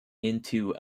into